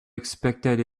expected